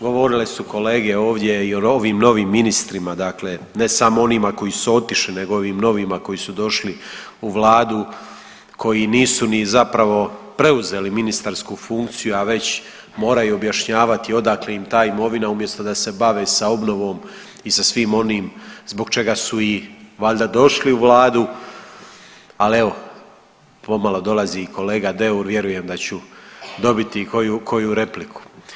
Govorile su kolege ovdje i ovim novim ministrima, dakle ne samo onima koji su otišli nego ovim novima koji su došli u vladu koji nisu ni zapravo preuzeli ministarsku funkciju, a već moraju objašnjavati odakle im ta imovina umjesto da se bave sa obnovom i sa svim onim zbog čega su valjda došli u vladu, ali evo pomalo dolazi i kolega Deur, vjerujem da ću dobiti koju repliku.